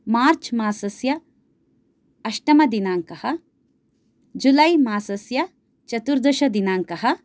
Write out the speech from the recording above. मार्च् मासस्य अष्टमदिनाङ्कः जुलै मासस्य चतुर्दशदिनाङ्कः